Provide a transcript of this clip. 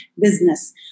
business